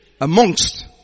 amongst